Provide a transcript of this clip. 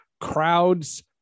crowds